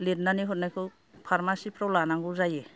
लिरनानै हरनायखौ फारमासिफ्राव लानांगौ जायो